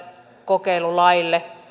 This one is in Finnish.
kokeilulaille